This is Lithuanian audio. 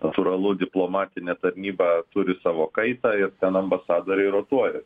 natūralu diplomatinė tarnyba turi savo kaitą ir ten ambasadoriai rotuojas